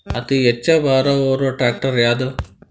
ಅತಿ ಹೆಚ್ಚ ಭಾರ ಹೊರು ಟ್ರ್ಯಾಕ್ಟರ್ ಯಾದು?